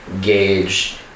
gauge